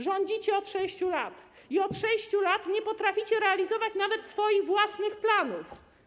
Rządzicie od 6 lat i od 6 lat nie potraficie realizować nawet swoich własnych planów.